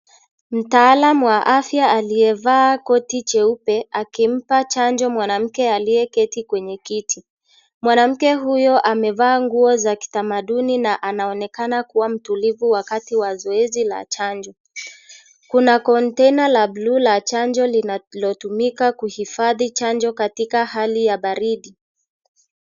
Mtaalam wa afya aliyevaa koti jeupe akimpa chanjo mwanamke aliyeketi kwenye kiti. Mwanamke huyo amevaa nguo za kitamaduni na anaonekana kuwa mtulivu wakati wa zoezi la chanjo. Kuna (cs) kontena (cs) la blue la chanjo linatumika kuhifadhi chanjo katika hali ya baridi.